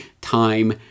time